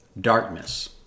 darkness